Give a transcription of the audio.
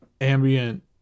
ambient